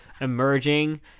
emerging